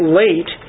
late